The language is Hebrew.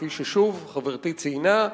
וכפי שחברתי ציינה,